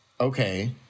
okay